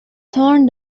torn